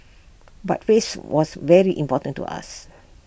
but face was very important to us